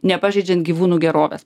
nepažeidžiant gyvūnų gerovės